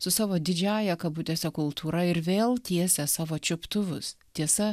su savo didžiąja kabutėse kultūra ir vėl tiesia savo čiuptuvus tiesa